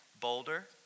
boulder